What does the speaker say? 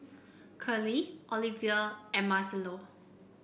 Curley Olevia and Marcelo